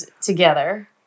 together